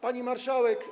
Pani Marszałek!